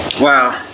Wow